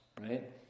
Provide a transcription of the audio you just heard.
right